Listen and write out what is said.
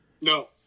No